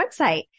website